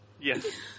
Yes